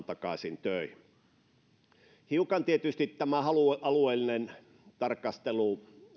takaisin töihin hiukan tietysti harmittaa että tämä alueellinen tarkastelu